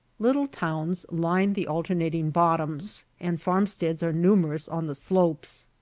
little towns line the alternating bottoms, and farmsteads are numerous on the slopes.